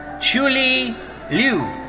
shuli liu.